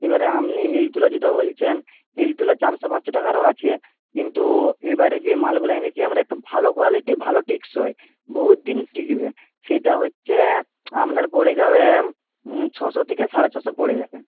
এবারে আপনি হিল তোলা জুতো বলছেন হিল তোলা চারশো পাঁচশো টাকারও আছে কিন্তু এবারে যে মালগুলো এনেছি আমরা একটু ভালো কোয়ালিটি ভালো টেকসই বহুদিন টিকবে সেটা হচ্ছে আপনার পড়ে যাবে ছশো থেকে সাড়ে ছশো পড়ে যাবে